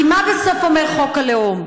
כי מה אומר, בסוף, חוק הלאום?